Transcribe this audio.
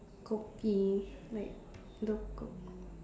kopi like lo~ ko~